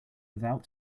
without